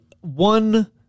one